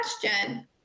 question